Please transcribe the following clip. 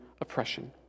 oppression